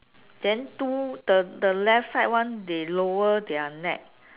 then two the the left side one they lower their net